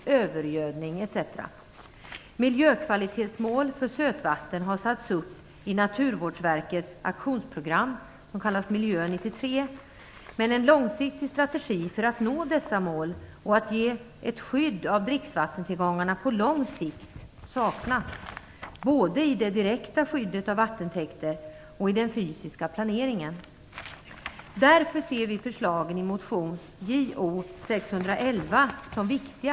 Miljökvalitetsmål för sötvatten har satts upp i Naturvårdsverkets aktionsprogram, som kallas Miljö 93, men en långsiktig strategi för att nå dessa mål och att ge ett skydd av dricksvattentillgångarna på lång sikt saknas, både i det direkta skyddet av vattentäkter och i den fysiska planeringen. Därför ser vi förslagen i motion Jo611 som viktiga.